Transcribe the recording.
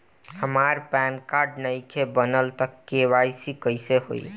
हमार PAN card नईखे बनल त के.वाइ.सी कइसे होई?